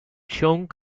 cheung